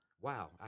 wow